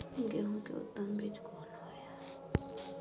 गेहूं के उत्तम बीज कोन होय है?